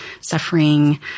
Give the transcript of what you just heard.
suffering